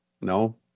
No